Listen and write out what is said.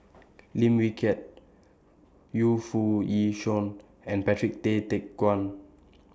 Lim Wee Kiak Yu Foo Yee Shoon and Patrick Tay Teck Guan